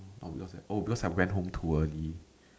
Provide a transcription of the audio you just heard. oh because I oh because I went home too early